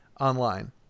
online